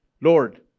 Lord